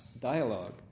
dialogue